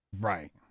Right